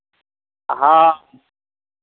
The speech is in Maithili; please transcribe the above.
हँ